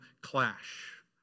clash